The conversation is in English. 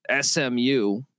SMU